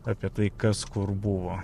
apie tai kas kur buvo